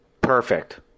Perfect